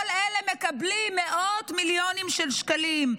כל אלה מקבלים מאות מיליונים של שקלים.